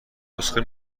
نسخه